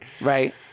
right